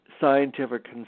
scientific